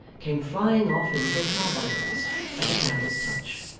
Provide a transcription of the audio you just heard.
came flying off in little carbuncles at the candle's touch,